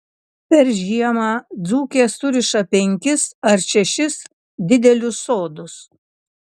per žiemą dzūkės suriša penkis ar šešis didelius sodus